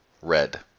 Red